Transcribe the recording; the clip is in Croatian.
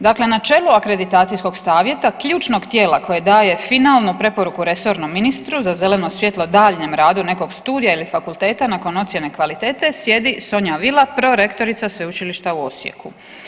Dakle, na čelu akreditacijskog savjeta ključnog tijela koje daje finalnu preporuku resornom ministru za zeleno svjetlo daljnjem radu nekog studija ili fakulteta nakon ocjene kvalitete sjedi Sonja Vila prorektorica sveučilišta u Osijeku.